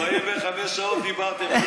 45 שעות דיברתם,